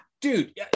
dude